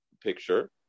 picture